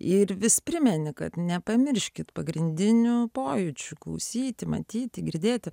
ir vis primeni kad nepamirškit pagrindinių pojūčių klausyti matyti girdėti